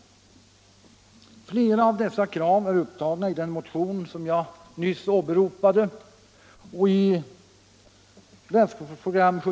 Flera av dessa krav är upptagna i den motion som jag nyss åberopade.